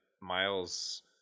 Miles